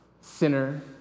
Sinner